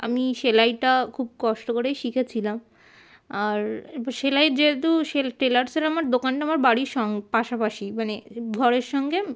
আমি সেলাইটা খুব কষ্ট করেই শিখেছিলাম আর সেলাই যেহেতু সে টেলার্সের আমার দোকানটা আমার বাড়ির স পাশাপাশি মানে ঘরের সঙ্গে